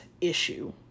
issue